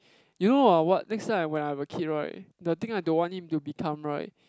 you know ah what next time when I have a kid right the thing I don't want him to become right